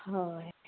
হয়